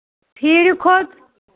پھیٖرِ کھوٚت